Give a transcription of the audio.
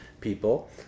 people